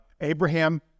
Abraham